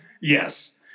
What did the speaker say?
Yes